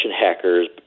hackers